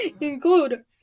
Include